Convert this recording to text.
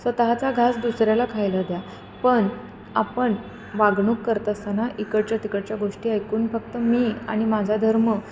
स्वतःचा घास दुसऱ्याला खायला द्या पण आपण वागणूक करत असताना इकडच्या तिकडच्या गोष्टी ऐकून फक्त मी आणि माझा धर्म